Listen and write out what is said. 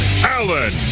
Allen